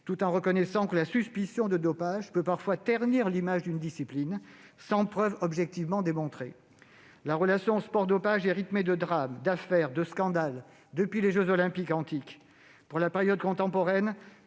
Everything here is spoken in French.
aussi reconnaître que la suspicion de dopage peut parfois ternir l'image d'une discipline sans preuve objectivement démontrée. La relation sport-dopage est rythmée de drames, d'affaires, de scandales, depuis les jeux Olympiques antiques. Pour la période contemporaine,